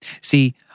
See